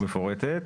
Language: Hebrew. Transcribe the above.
מפורטת.